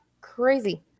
Crazy